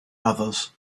others